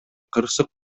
кырсык